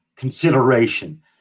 consideration